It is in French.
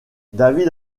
david